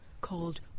called